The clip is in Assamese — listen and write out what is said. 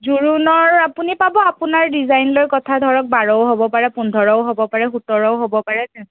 জোৰোণৰ আপুনি পাব আপোনাৰ ডিজাইনলৈ কথা ধৰক বাৰও হ'ব পাৰে পোন্ধৰও হ'ব পাৰে সোতৰও হ'ব পাৰে তে